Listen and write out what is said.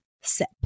sip